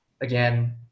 again